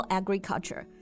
agriculture